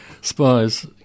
spies